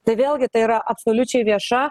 tai vėlgi tai yra absoliučiai vieša